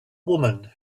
woman